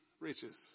riches